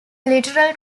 literal